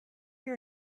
your